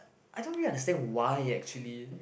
I don't really understand why actually